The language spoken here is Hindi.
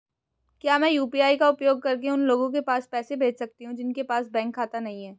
क्या मैं यू.पी.आई का उपयोग करके उन लोगों के पास पैसे भेज सकती हूँ जिनके पास बैंक खाता नहीं है?